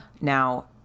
now